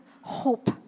hope